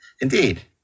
indeed